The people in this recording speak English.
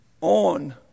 on